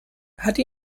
hatte